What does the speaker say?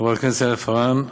חברת הכנסת יעל פארן-כהן.